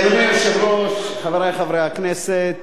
אדוני היושב-ראש, חברי חברי הכנסת,